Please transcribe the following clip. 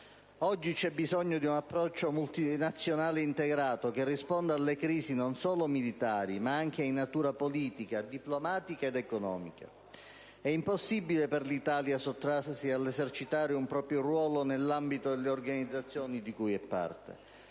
Oggi c'è bisogno di un approccio multinazionale integrato, che risponda alle crisi non solo militari, ma anche di natura politica, diplomatica ed economica. È impossibile per l'Italia sottrarsi ad esercitare un proprio ruolo nell'ambito delle organizzazioni di cui è parte.